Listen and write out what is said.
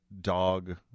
dog